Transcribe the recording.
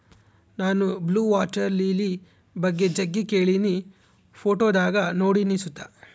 ನಾನು blue water lily ಬಗ್ಗೆ ಜಗ್ಗಿ ಕೇಳಿನಿ, ಫೋಟೋದಾಗ ನೋಡಿನಿ ಸುತ